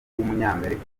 w’umunyamerika